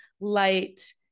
light